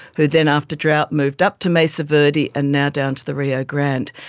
who then after drought moved up to mesa verde and now down to the rio grande.